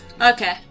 Okay